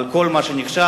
על כל מה שנכשל.